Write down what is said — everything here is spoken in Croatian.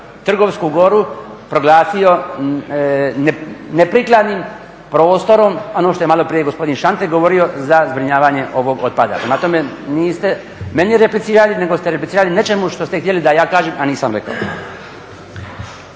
Trgovsku goru proglasio neprikladnim prostorom, ono što je maloprije gospodin Šantek govorio, za zbrinjavanje ovog otpada. Prema tome, niste meni replicirali nego ste replicirali nečemu što ste htjeli da ja kažem a nisam rekao.